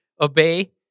obey